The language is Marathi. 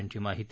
यांची माहिती